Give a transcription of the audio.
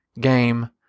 game